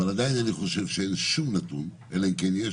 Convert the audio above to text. אבל עדיין אני חושב שאין שום נתון אלא אם כן יש,